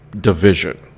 division